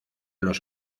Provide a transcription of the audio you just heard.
los